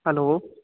hello